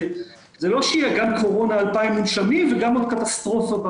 זה לא שיהיה גם קורונה 2,000 מונשמים וגם עוד קטסטרופה,